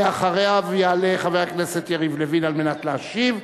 ואחריו יעלה חבר הכנסת יריב לוין כדי להשיב,